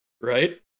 right